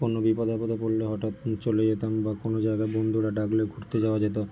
কোনো বিপদে আপদে পড়লে হঠাৎ চলে যেতাম বা কোনো জায়গায় বন্ধুরা ডাকলে ঘুরতে যাওয়া যেত